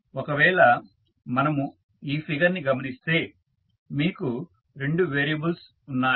ఒకవేళ మనము ఈ ఫిగర్ ని గమనిస్తే మీకు రెండు వేరియబుల్స్ ఉన్నాయి